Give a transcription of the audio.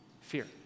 Fear